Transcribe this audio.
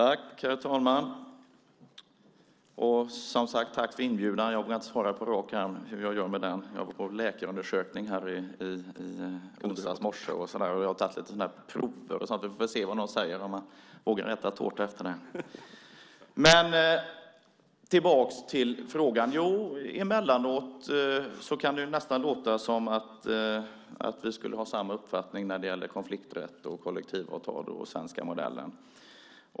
Herr talman! Tack för inbjudan, ministern! Jag vågar inte svara på rak arm hur jag gör med den. Jag var på läkarundersökning i onsdags morse och jag har tagit lite prover och sådant. Vi får väl se vad de säger - om jag vågar äta tårta efter det! Tillbaka till frågan! Emellanåt kan det nästan låta som att vi skulle ha samma uppfattning när det gäller konflikträtt, kollektivavtal och den svenska modellen.